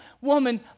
woman